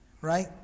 Right